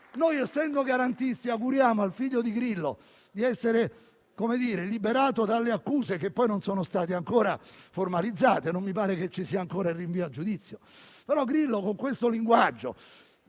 Essendo garantisti, auguriamo a suo figlio di essere liberato dalle accuse - che poi non sono state ancora formalizzate e non mi pare che ci sia ancora il rinvio a giudizio - però Grillo con questo linguaggio,